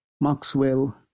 Maxwell